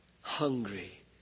hungry